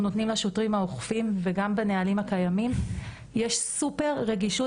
נותנים לשוטרים האוכפים וגם בנהלים הקיימים יש סופר רגישות